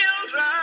children